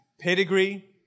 Pedigree